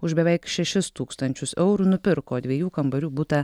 už beveik šešis tūkstančius eurų nupirko dviejų kambarių butą